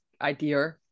idea